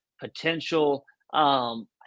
potential